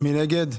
מי נגד?